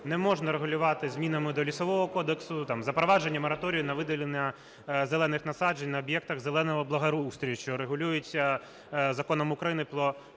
не можна регулювати змінами до Лісового кодексу запровадження мораторію на видалення зелених насаджень на об'єктах зеленого благоустрою, що регулюється Законом України "Про